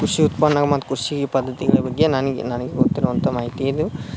ಕೃಷಿ ಉತ್ಪನ್ನ ಮತ್ತು ಕೃಷಿ ಪದ್ಧತಿಗಳ ಬಗ್ಗೆ ನನ್ಗೆ ನನಗೆ ಗೊತ್ತಿರುವಂಥ ಮಾಹಿತಿ ಇದು